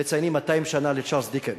מציינים, 200 שנה לצ'רלס דיקנס,